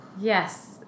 Yes